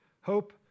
hope